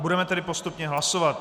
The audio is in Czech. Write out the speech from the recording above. Budeme tedy postupně hlasovat.